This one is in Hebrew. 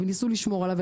וניסו לשמור עליו,